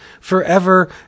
forever